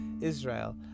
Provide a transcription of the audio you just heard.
israel